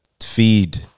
feed